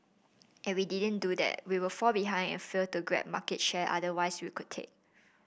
if we didn't do that we would fall behind and fail to grab market share otherwise we could take